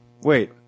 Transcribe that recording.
Wait